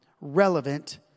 relevant